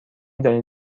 دانید